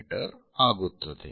me ಆಗುತ್ತದೆ